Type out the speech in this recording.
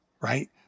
right